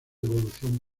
evolución